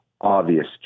obvious